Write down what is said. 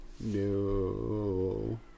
No